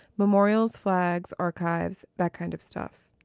memorials, flags, archives, that kind of stuff.